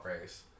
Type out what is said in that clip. race